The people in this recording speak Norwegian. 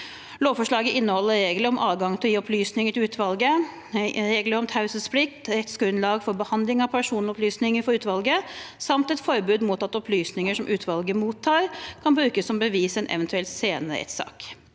Lovforslaget inneholder regler om adgang til å gi opplysninger til utvalget, regler om taushetsplikt, rettsgrunnlag for behandling av personopplysninger for utvalget samt et forbud mot at opplysninger utvalget mottar, kan brukes som bevis i en eventuell senere rettssak.